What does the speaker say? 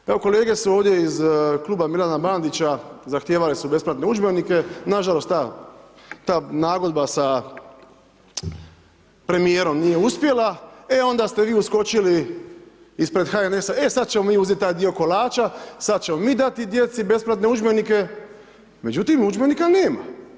Pa evo kolege su ovdje iz kluba Milana Bandića, zahtijevale su besplatne udžbenike, nažalost ta nagodba sa premijerom nije uspjela e onda ste vi uskočili ispred HNS-a e sad ćemo mi uzet taj dio kolača, sad ćemo mi dati djecu besplatne udžbenike međutim, udžbenika nema.